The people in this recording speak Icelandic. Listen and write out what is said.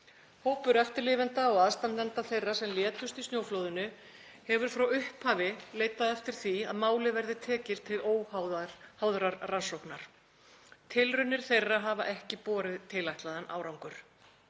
Hópur eftirlifenda og aðstandenda þeirra sem létust í snjóflóðinu hefur frá upphafi leitað eftir því að málið verði tekið til óháðrar rannsóknar. Tilraunir þeirra hafa ekki borið tilætlaðan árangur.